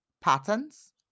patterns